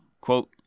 Quote